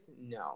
No